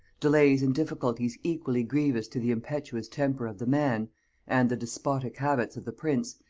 delays and difficulties equally grievous to the impetuous temper of the man and the despotic habits of the prince,